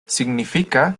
significa